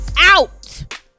out